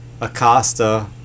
Acosta